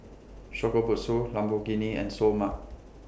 Shokubutsu Lamborghini and Seoul Mart